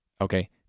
okay